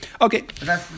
okay